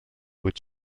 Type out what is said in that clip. vuit